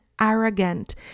arrogant